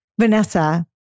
Vanessa